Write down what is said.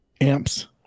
amps